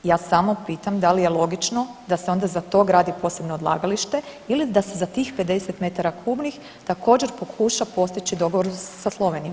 Ja samo pitam da li je logično da se onda za to gradi posebno odlagalište ili da se za tih 50 metara kubnih također pokuša postići dogovor sa Slovenijom?